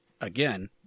again